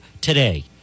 today